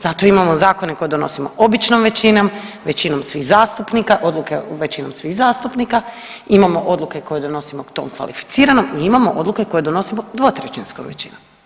Zato imamo zakone koje donosimo običnom većinom, većinom svih zastupnika, odluke većinom svih zastupnika, imamo odluke koje donosimo tom kvalificiranom i imamo odluke koje donosimo dvotrećinskom većinom.